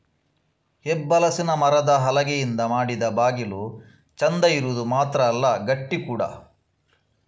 ಹೆಬ್ಬಲಸಿನ ಮರದ ಹಲಗೆಯಿಂದ ಮಾಡಿದ ಬಾಗಿಲು ಚಂದ ಇರುದು ಮಾತ್ರ ಅಲ್ಲ ಗಟ್ಟಿ ಕೂಡಾ